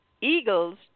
Eagles